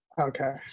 Okay